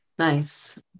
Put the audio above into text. Nice